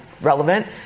relevant